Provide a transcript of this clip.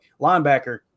linebacker